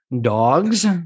dogs